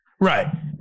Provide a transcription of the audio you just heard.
Right